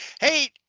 Hey